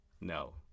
No